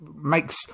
makes